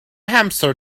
hamster